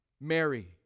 Mary